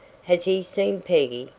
has he seen peggy?